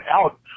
out